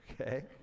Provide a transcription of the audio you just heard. Okay